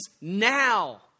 now